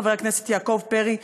חבר הכנסת יעקב פרי,